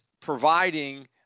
providing